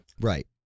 Right